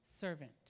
servant